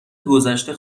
گذشته